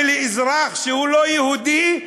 ולאזרח שהוא לא יהודי,